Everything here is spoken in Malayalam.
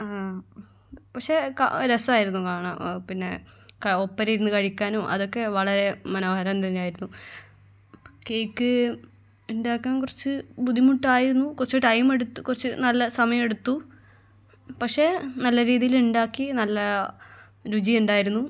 പക്ഷെ രസമായിരുന്നു കാണാൻ പിന്നെ ഒപ്പരം ഇരുന്നു കഴിക്കാനും അതൊക്കെ വളരെ മനോഹരം തന്നെയായിരുന്നു കേക്ക് ഉണ്ടാക്കാൻ കുറച്ച് ബുദ്ധിമുട്ടായിരുന്നു കുറച്ച് ടൈമെടുത്തു കുറച്ച് നല്ല സമയെടുത്തു പക്ഷെ നല്ല രീതിയിലുണ്ടാക്കി നല്ല രുചിയുണ്ടായിരുന്നു